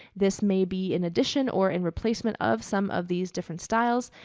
this may be in addition or in replacement of some of these different styles.